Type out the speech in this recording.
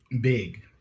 Big